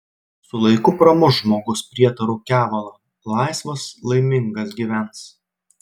su laiku pramuš žmogus prietarų kevalą laisvas laimingas gyvens